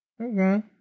Okay